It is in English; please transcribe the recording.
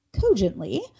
cogently